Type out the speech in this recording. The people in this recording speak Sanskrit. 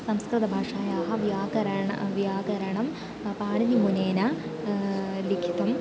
संस्कृतभाषायाः व्याकरण व्याकरणं पाणिनिमुनिना लिखितं